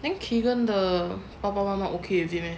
then keegan 的爸爸妈妈 okay already meh